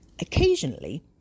Occasionally